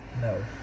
No